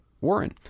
Warren